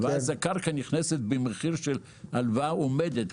אז הקרקע נכנסת במחיר של הלוואה עומדת.